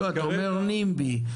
אתה אומר "נימבי".